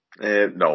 No